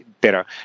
better